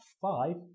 five